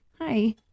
Hi